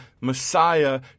Messiah